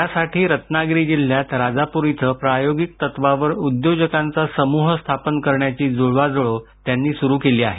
त्यासाठी रत्नागिरी जिल्ह्यात राजापूर इथं प्रायोगिक तत्त्वावर उद्योजकांचा समूह स्थापन करण्याची जुळवाजुळव सुरू झाली आहे